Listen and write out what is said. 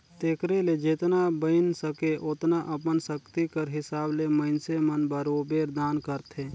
तेकरे ले जेतना बइन सके ओतना अपन सक्ति कर हिसाब ले मइनसे मन बरोबेर दान करथे